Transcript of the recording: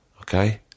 Okay